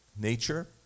nature